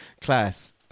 Class